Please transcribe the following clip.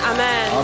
Amen